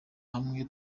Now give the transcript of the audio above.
hamwe